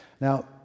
Now